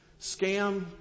scam